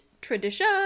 tradition